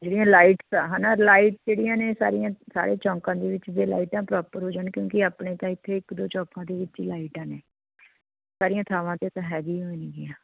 ਜਿਹੜੀਆਂ ਲਾਈਟਸ ਆ ਹੈ ਨਾ ਲਾਈਟਸ ਜਿਹੜੀਆਂ ਨੇ ਸਾਰੀਆਂ ਸਾਰੇ ਚੌਂਕਾਂ ਦੇ ਵਿੱਚ ਜੇ ਲਾਈਟਾਂ ਪ੍ਰੋਪਰ ਹੋ ਜਾਣ ਕਿਉਂਕਿ ਆਪਣੇ ਤਾਂ ਇੱਥੇ ਇੱਕ ਦੋ ਚੌਕਾਂ ਦੇ ਵਿੱਚ ਹੀ ਲਾਈਟਾਂ ਨੇ ਸਾਰੀਆਂ ਥਾਵਾਂ 'ਤੇ ਤਾਂ ਹੈਗੀਆਂ ਨਹੀਂ ਆ